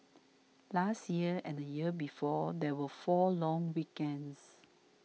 last year and the year before there were four long weekends